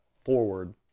forward